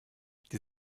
die